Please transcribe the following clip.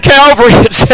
Calvary